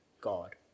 God